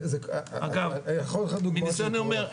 מנסיוני אומר,